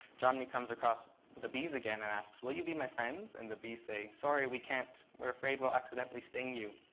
jomny comes across the bees again and asks, will you be my friends? and the bees say, sorry, we can't. we're afraid we'll accidentally sting you.